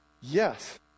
Yes